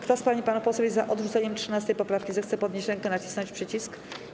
Kto z pań i panów posłów jest za odrzuceniem 13. poprawki, zechce podnieść rękę i nacisnąć przycisk.